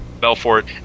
Belfort